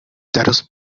daros